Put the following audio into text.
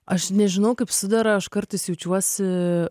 aš nežinau kaip sudera aš kartais jaučiuosi